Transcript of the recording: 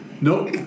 Nope